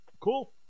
Cool